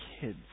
kids